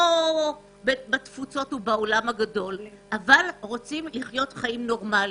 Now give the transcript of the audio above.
לא בתפוצות, אבל רוצים לחיות חיים נורמליים,